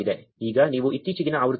ಈಗ ನೀವು ಇತ್ತೀಚಿನ ಆವೃತ್ತಿ 2